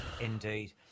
Indeed